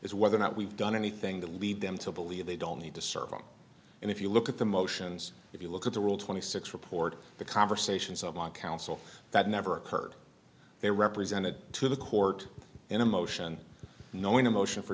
is whether or not we've done anything to lead them to believe they don't need to serve and if you look at the motions if you look at the world twenty six report the conversations of long counsel that never occurred they represented to the court in a motion knowing the motion for